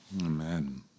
Amen